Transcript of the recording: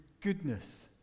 goodness